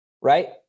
right